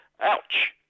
Ouch